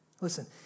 Listen